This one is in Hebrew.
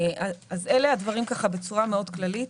אלה הדברים בצורה מאוד כללית.